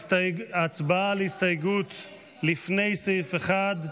הצבעה על הסתייגות 2, לפני סעיף 1,